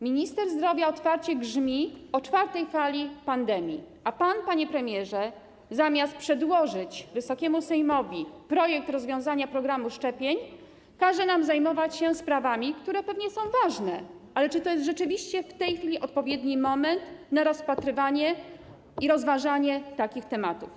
Minister zdrowia otwarcie grzmi na temat czwartej fali pandemii, a pan, panie premierze, zamiast przedłożyć Wysokiemu Sejmowi projekt rozwiązania, jeśli chodzi o program szczepień, każe nam zajmować się sprawami, które zapewne są ważne, ale czy rzeczywiście w tej chwili jest odpowiedni moment na rozpatrywanie i rozważanie takich tematów.